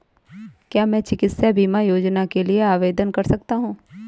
क्या मैं चिकित्सा बीमा योजना के लिए आवेदन कर सकता हूँ?